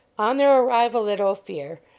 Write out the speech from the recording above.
on their arrival at ophir,